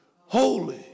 holy